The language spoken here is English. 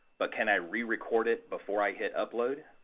but can i rerecord it before i hit upload?